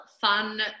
fun